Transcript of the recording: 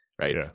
right